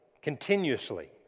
continuously